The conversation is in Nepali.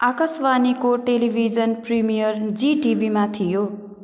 आकाशवाणीको टेलिभिजन प्रिमियर जी टिभीमा थियो